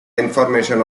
information